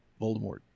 Voldemort